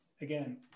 again